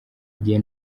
igihe